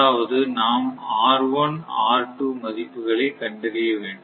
அதாவது நாம் மதிப்புகளை கண்டறிய வேண்டும்